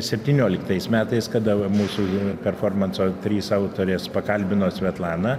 septynioliktais metais kada va mūsų performanso trys autorės pakalbino svetlaną